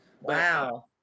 Wow